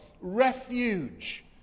refuge